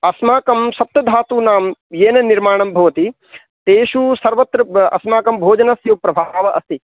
अस्माकं सप्तधातूनां येन निर्माणं भवति तेषु सर्वत्र अस्माकं भोजनस्य प्रभावः अस्ति